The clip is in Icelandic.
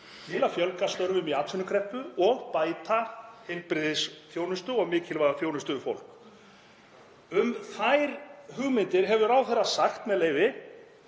til að fjölga störfum í atvinnukreppu og bæta heilbrigðisþjónustu og mikilvæga þjónustu við fólk. Um þær hugmyndir hefur ráðherrann sagt, með leyfi: